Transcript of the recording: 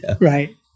right